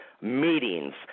meetings